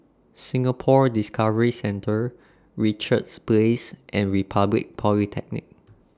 Singapore Discovery Centre Richards Place and Republic Polytechnic